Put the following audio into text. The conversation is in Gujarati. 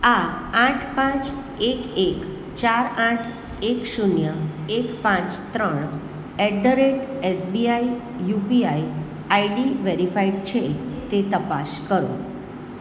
આ આઠ પાંચ એક એક ચાર આઠ એક શૂન્ય એક પાંચ ત્રણ at the rate SBI UPI ID verified છે તે તપાસ કરો